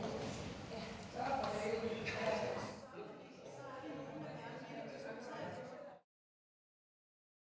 Tak